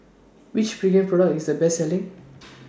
Which Pregain Product IS The Best Selling